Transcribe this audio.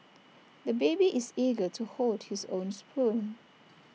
the baby is eager to hold his own spoon